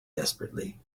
desperately